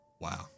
Wow